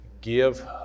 give